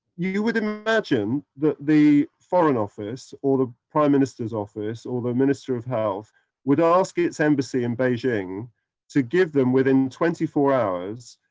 you you would imagine that the foreign office or the prime minister's office or the minister of health would ask its embassy in beijing to give them, within twenty four hours,